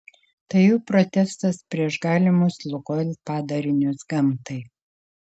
tai jų protestas prieš galimus lukoil padarinius gamtai